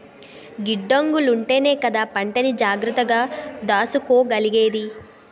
గిడ్డంగులుంటేనే కదా పంటని జాగ్రత్తగా దాసుకోగలిగేది?